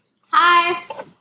Hi